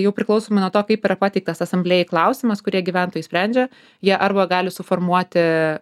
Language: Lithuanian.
jau priklausomai nuo to kaip yra pateiktas asamblėjai klausimas kurie gyventojai sprendžia jie arba gali suformuoti